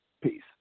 peace